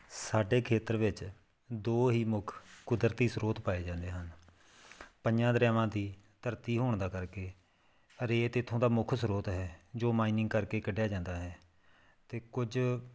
ਸਾਡੇ ਖੇਤਰ ਵਿੱਚ ਦੋ ਹੀ ਮੁੱਖ ਕੁਦਰਤੀ ਸਰੋਤ ਪਾਏ ਜਾਂਦੇ ਹਨ ਪੰਜਾਂ ਦਰਿਆਵਾਂ ਦੀ ਧਰਤੀ ਹੋਣ ਦਾ ਕਰਕੇ ਰੇਤ ਇੱਥੋਂ ਦਾ ਮੁੱਖ ਸਰੋਤ ਹੈ ਜੋ ਮਾਈਨਿੰਗ ਕਰਕੇ ਕੱਢਿਆ ਜਾਂਦਾ ਹੈ ਅਤੇ ਕੁਝ